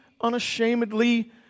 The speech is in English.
unashamedly